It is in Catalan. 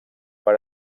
per